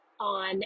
on